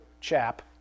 chap